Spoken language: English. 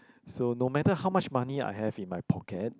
so no matter how much money I have in my pocket